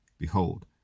Behold